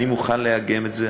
אני מוכן לאגם את זה,